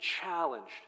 challenged